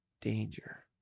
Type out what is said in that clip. danger